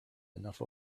enough